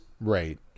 Right